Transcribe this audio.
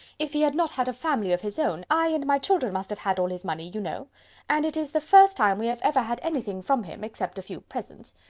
if he had not had a family of his own, i and my children must have had all his money, you know and it is the first time we have ever had anything from him, except a few presents.